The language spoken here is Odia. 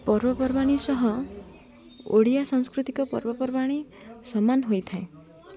ପର୍ବପର୍ବାଣୀ ସହ ଓଡ଼ିଆ ସାଂସ୍କୃତିକ ପର୍ବପର୍ବାଣି ସମାନ ହୋଇଥାଏ